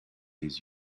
les